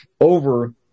over